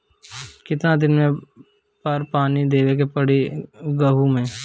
कितना दिन पर पानी देवे के पड़ी गहु में?